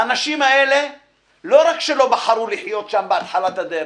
האנשים האלה לא רק שלא בחרו לחיות שם בהתחלת הדרך,